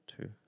Two